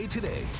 Today